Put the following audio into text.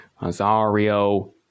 Azario